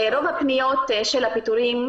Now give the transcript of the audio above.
הפניות של הפיטורים,